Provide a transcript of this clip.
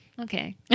Okay